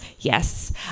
Yes